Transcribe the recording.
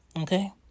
Okay